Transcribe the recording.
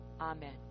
Amen